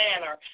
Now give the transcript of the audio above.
manner